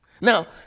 Now